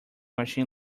machine